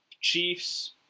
Chiefs